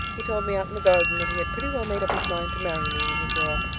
he told me out in the garden that he had pretty well made up his mind to marry me when he grew up.